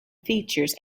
features